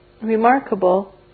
remarkable